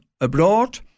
abroad